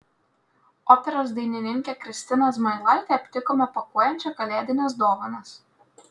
operos dainininkę kristiną zmailaitę aptikome pakuojančią kalėdines dovanas